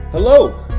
Hello